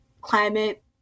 climate